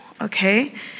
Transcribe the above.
okay